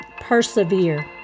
persevere